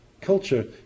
culture